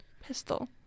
pistol